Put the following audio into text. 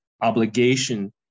obligation